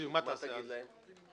מה תגיד להם?